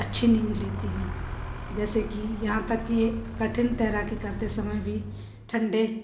अच्छी नींद लेती हूँ जैसे कि यहाँ तक कि ये कठिन तैराकी करते समय भी ठंडे